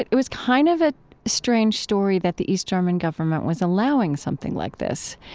it it was kind of a strange story that the east german government was allowing something like this